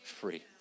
free